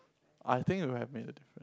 I think it would have made a difference